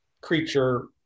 creature